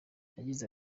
yagize